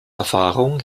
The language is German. erfahrungen